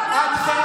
ואתם,